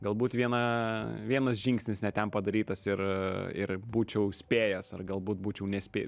galbūt viena vienas žingsnis ne ten padarytas ir ir būčiau spėjęs ar galbūt būčiau nespėjęs